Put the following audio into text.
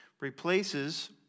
replaces